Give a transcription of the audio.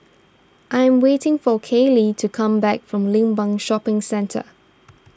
I am waiting for Kayley to come back from Limbang Shopping Centre